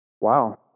Wow